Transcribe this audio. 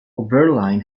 oberlin